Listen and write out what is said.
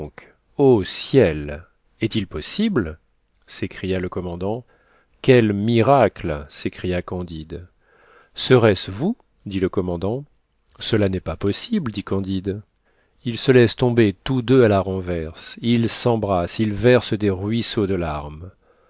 o ciel est-il possible s'écria le commandant quel miracle s'écria candide serait-ce vous dit le commandant cela n'est pas possible dit candide ils se laissent tomber tous deux à la renverse ils s'embrassent ils versent des ruisseaux de larmes